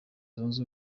zunze